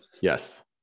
yes